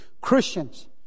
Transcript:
Christians